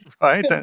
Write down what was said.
right